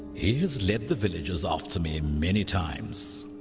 he has led the villagers after me many times.